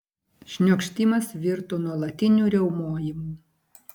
šniokštimas virto nuolatiniu riaumojimu